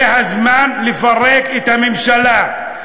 זה הזמן לפרק את הממשלה.